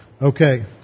Okay